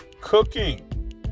cooking